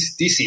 DC